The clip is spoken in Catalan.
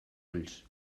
ulls